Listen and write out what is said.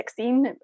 16